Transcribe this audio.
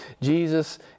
Jesus